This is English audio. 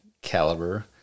Caliber